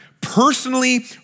personally